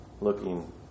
Looking